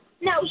No